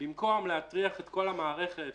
שבמקום להטריח את כל המערכת,